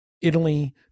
Italy